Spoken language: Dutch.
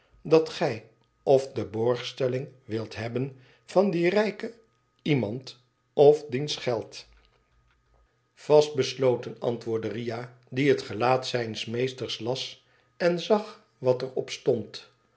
dat gij f de borgstelling wilt hebben van dien rijken iemand f diens geld vast besloten antwoordde riah die het gelaat zijns meesters las en zag wat er op stond